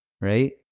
Right